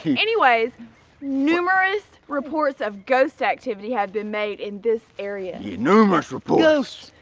anyways numerous reports of ghost activity had been made in this area. yeah, numerous reports.